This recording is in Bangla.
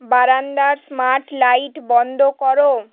বারান্দার স্মার্ট লাইট বন্ধ করো